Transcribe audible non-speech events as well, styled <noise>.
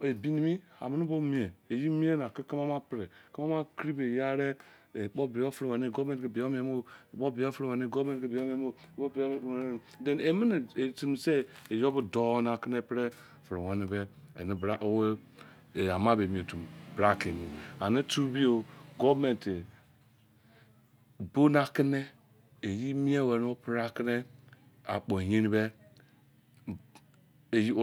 Ebi nimi omene bo mien iye mien na ka kala owo ma pre, kala owo ma kiri no iye are ekpo bo fere wene goverment ben mu o ekpo bo fere wene goverment ben mu o <hesitation> then emene e timi se yo dou na ke pre fere wene bc ene bra, a ama be emi otu bra <noise> ke emi ene tu bi yo government bo na ke ne iye mien were pre akene akpo yerin be